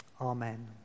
Amen